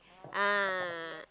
ah